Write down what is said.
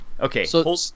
Okay